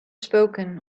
spoken